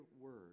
word